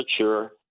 Mature